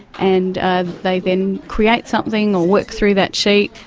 and they then create something or work through that sheet,